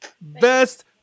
Best